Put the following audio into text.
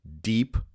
Deep